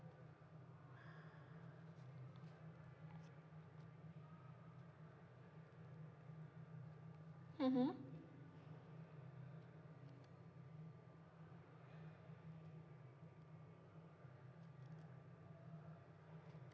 mmhmm